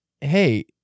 Hey